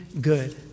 good